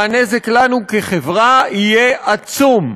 והנזק לנו כחברה, יהיה עצום.